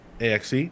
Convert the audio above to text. AXE